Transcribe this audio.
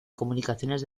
comunicaciones